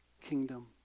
kingdom